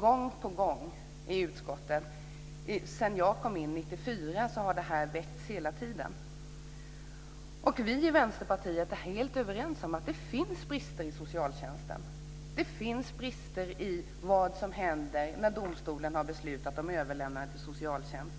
gång på gång i utskottet. Sedan jag kom in i riksdagen 1994 har detta väckts hela tiden. Vi i Vänsterpartiet är helt överens om att det finns brister i socialtjänsten. Det finns brister i vad som händer när domstolen har beslutat om överlämnande till socialtjänst.